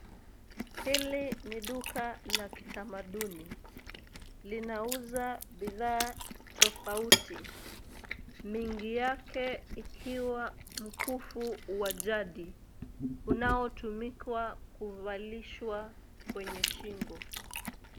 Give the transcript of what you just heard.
Hili ni duka la kitamaduni, linauza bidhaa tofauti, mingi yake ikiwa mkufu wa jadi unaotumika kuvalishwa kwenye shingo.